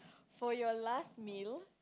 for your last meal